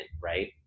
right